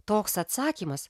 toks atsakymas